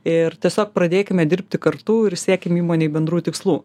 ir tiesiog pradėkime dirbti kartu ir siekim įmonei bendrų tikslų